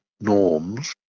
norms